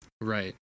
right